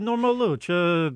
normalu čia